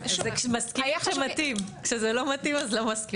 מסכימים כשמתאים כשזה לא מתאים אז לא מסכימים.